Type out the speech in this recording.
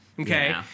Okay